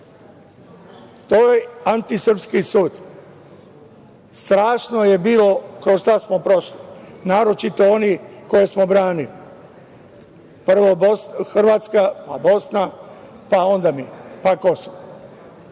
To je antisrpski sud i strašno je bilo kroz šta smo prošli, naročito oni koje smo branili. Prvo Hrvatska, Bosna, pa onda mi, pa Kosovo.